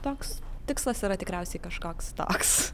toks tikslas yra tikriausiai kažkoks toks